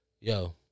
Yo